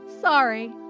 Sorry